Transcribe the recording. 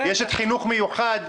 יש את החינוך המיוחד,